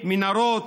מנהרות,